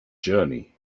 journey